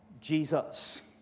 Jesus